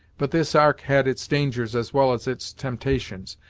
but this ark had its dangers as well as its temptations,